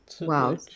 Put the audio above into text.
wow